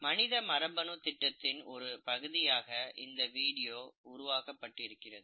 மனித மரபணு திட்டத்தின் ஒரு பகுதியாக இந்த வீடியோ உருவாக்கப்பட்டது